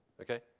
okay